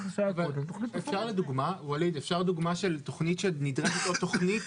אפשר דוגמה של תכנית שנדרשת עוד תכנית?